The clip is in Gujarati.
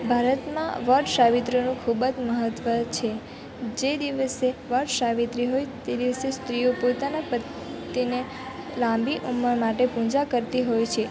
ભારતમાં વડસાવિત્રીનું ખૂબ મહત્વ છે જે દિવસે વડસાવિત્રી હોય તે દિવસે સ્ત્રીઓ પોતાના પતિને લાંબી ઉંમર માટે પૂજા કરતી હોય છે